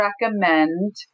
recommend